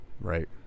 right